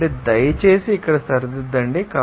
కాబట్టి దయచేసి ఇక్కడ సరిదిద్దండి